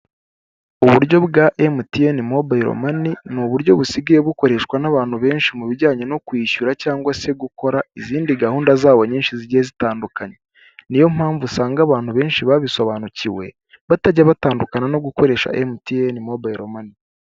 Uburyo bwa emutiyene mabayiro mani, ni uburyo busigaye bukoreshwa n'abantu benshi mu bijyanye no kwishyura cyangwa se gukora izindi gahunda zabo nyinshi zigiye zitandukanye niyo mpamvu usanga abantu benshi babisobanukiwe batajya batandukana no gukoresha emutiyene mabayiro mani.